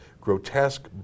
grotesque